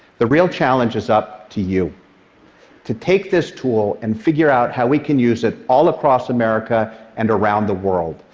the real challenge is up to you to take this tool and figure out how we can use it all across america and around the world,